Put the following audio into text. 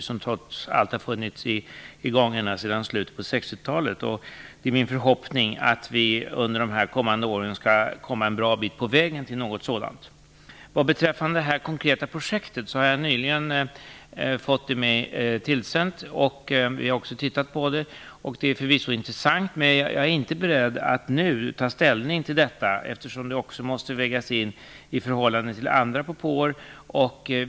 Det har trots allt funnits sedan slutet av 60-talet. Det är min förhoppning att vi under de kommande åren skall komma en bra bit på vägen till något sådant. Jag har nyligen fått ta del av det konkreta projektet. Det är förvisso intressant. Men jag är inte beredd att nu ta ställning till detta, eftersom det också måste vägas in i förhållande till andra propåer.